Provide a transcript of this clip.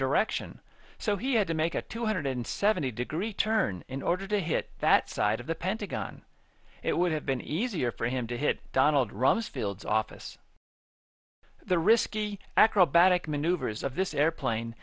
direction so he had to make a two hundred seventy degree turn in order to hit that side of the pentagon it would have been easier for him to hit donald rumsfeld's office the risky acrobatic maneuvers of this airplane